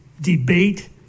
debate